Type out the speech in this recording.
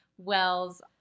Wells